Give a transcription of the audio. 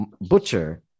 Butcher